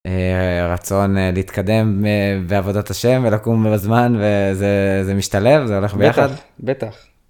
רצון להתקדם בעבודות השם ולקום בזמן וזה משתלב זה הולך ביחד בטח, בטח